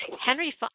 Henry